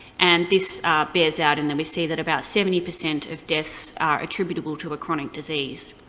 and this bears out in that we see that about seventy percent of deaths are attributable to a chronic disease.